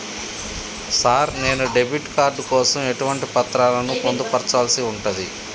Sir నేను debit card కోసం ఎటువంటి పత్రాలను పొందుపర్చాల్సి ఉంటది?